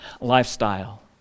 lifestyle